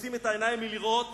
מכסים את העיניים מראות